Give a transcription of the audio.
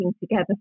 together